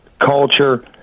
culture